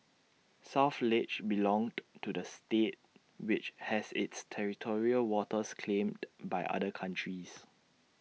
south ledge belonged to the state which has its territorial waters claimed by other countries